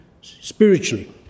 spiritually